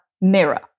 mirror